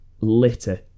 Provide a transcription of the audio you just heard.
litter